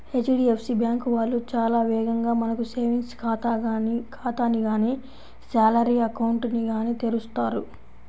HDFC bank వాళ్ళు చాలా వేగంగా మనకు సేవింగ్స్ ఖాతాని గానీ శాలరీ అకౌంట్ ని గానీ తెరుస్తారు